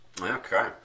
Okay